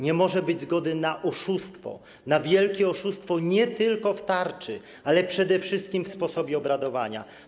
Nie może być zgody na oszustwo, na wielkie oszustwo nie tylko w sprawie tarczy, ale też przede wszystkim w sposobie obradowania.